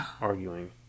arguing